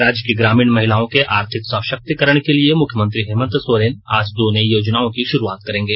राज्य की ग्रामीण महिलाओं के आर्थिक सशक्तीकरण के लिए मुख्यमंत्री हेमंत सोरेन आज दो नई योजनाओं की भाुरुआत करेंगे